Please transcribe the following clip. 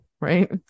right